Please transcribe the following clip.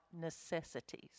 necessities